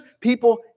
people